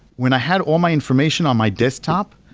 when i had all my information on my desktop,